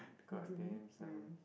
god damn son